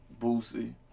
Boosie